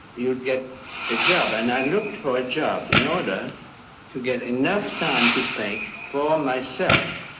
you get a job. and i looked for a job in order to get enough time to paint for myself.